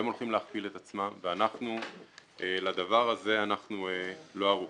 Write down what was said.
הם הולכים להכפיל את עצמם ואנחנו לדבר הזה לא ערוכים.